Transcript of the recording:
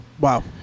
Wow